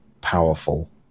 powerful